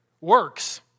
works